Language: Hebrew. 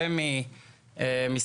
רשות מקרקעי ישראל,